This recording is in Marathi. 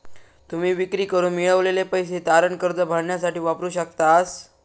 तुम्ही विक्री करून मिळवलेले पैसे तारण कर्ज भरण्यासाठी वापरू शकतास